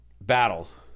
battles